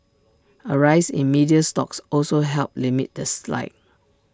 A rise in media stocks also helped limit the slide